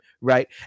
right